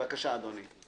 בבקשה, אדוני.